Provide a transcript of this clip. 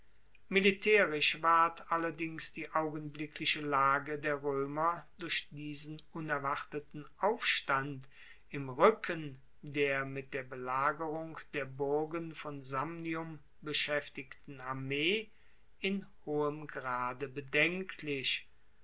militaerisch ward allerdings die augenblickliche lage der roemer durch diesen unerwarteten aufstand im ruecken der mit der belagerung der burgen von samnium beschaeftigten armee in hohem grade bedenklich